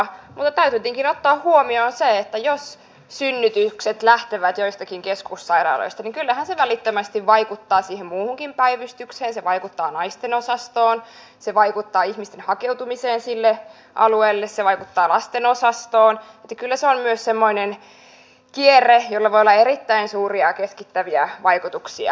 mutta täytyy tietenkin ottaa huomioon että jos synnytykset lähtevät joistakin keskussairaaloista niin kyllähän se välittömästi vaikuttaa siihen muuhunkin päivystykseen se vaikuttaa naistenosastoon se vaikuttaa ihmisten hakeutumiseen sille alueelle se vaikuttaa lastenosastoon kyllä se on myös semmoinen kierre jolla voi olla erittäin suuria keskittäviä vaikutuksia